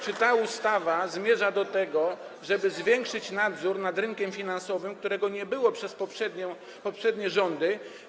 Czy ta ustawa zmierza do tego, żeby zwiększyć nadzór nad rynkiem finansowym, którego nie było w czasie poprzednich rządów?